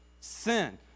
Sin